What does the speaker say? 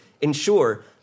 ensure